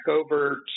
over